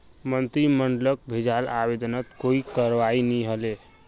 मंत्रिमंडलक भेजाल आवेदनत कोई करवाई नी हले